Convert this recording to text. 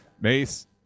Mace